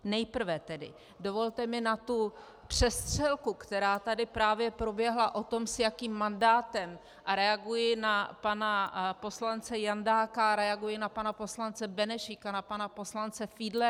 Nejprve tedy, dovolte mi na tu přestřelku, která tady právě proběhla o tom, s jakým mandátem, reaguji na pana poslance Jandáka a reaguji na pana poslance Benešíka, na pana poslance Fiedlera.